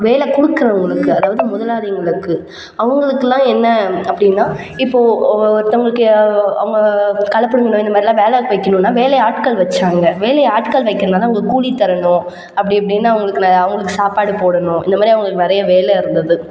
வேலை கொடுக்கிறவங்களுக்கு அதாவது முதலாளிங்களுக்கு அவங்களுக்கெல்லாம் என்ன அப்படின்னா இப்போது ஒருத்தவங்களுக்கு அவங்க கலப்பை இந்த மாதிரில்லாம் வேலைக்கு வைக்கணும்னா வேலையாட்கள் வைச்சாங்க வேலையாட்கள் வைக்கிறதுனால அவங்க கூலி தரணும் அப்படி இப்படின்னு அவங்களுக்கு ந அவங்களுக்கு சாப்பாடு போடணும் இந்தமாதிரி அவங்களுக்கு நிறைய வேலை இருந்தது